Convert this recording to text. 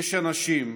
יש אנשים,